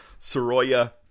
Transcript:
Soroya